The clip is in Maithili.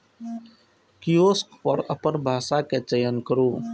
कियोस्क पर अपन भाषाक चयन करू